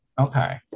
Okay